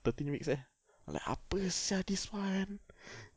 thirteen weeks eh like apa sia this one